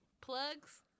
plugs